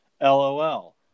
LOL